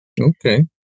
okay